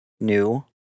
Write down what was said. new